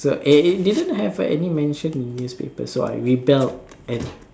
so uh it didn't have any mention in newspapers so I rebelled and